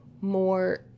more